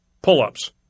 pull-ups